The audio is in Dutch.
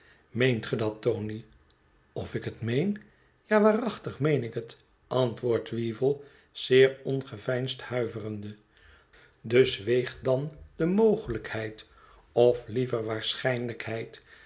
meent ge dat tony of ik het meen ja waarachtig meen ik het antwoordt weevle zeer ongeveinsd huiverende dus weegt dan de mogelijkheid of liever waarschijnlijkheid